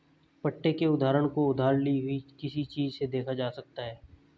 पट्टे के उदाहरण को उधार ली हुई किसी चीज़ से देखा जा सकता है